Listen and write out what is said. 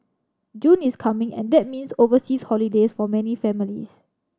June is coming and that means overseas holidays for many families